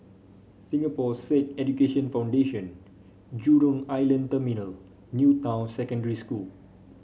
Singapore Sikh Education Foundation Jurong Island Terminal New Town Secondary School